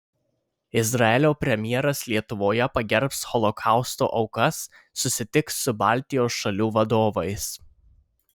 izraelio premjeras lietuvoje pagerbs holokausto aukas susitiks su baltijos šalių vadovais